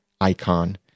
icon